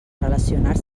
relacionar